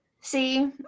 see